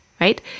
right